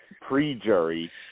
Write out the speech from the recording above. pre-jury